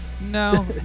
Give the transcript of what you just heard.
No